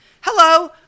Hello